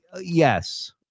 Yes